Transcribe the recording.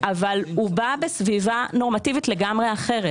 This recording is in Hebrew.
אבל הוא בא בסביבה נורמטיבית לגמרי אחרת.